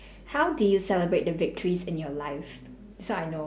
how do you celebrate the victories in your life this one I know